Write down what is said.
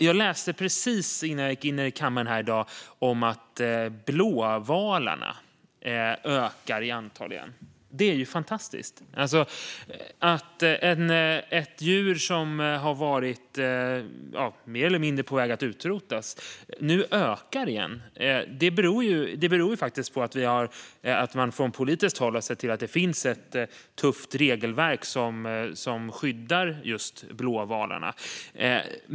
Jag läste precis innan jag gick in i kammaren i dag om att blåvalarna ökar i antal igen. Det är fantastiskt! Att ett djur som har varit på väg att utrotas ökar igen beror på att man från politiskt håll har sett till att det finns ett tufft regelverk som skyddar just blåvalarna.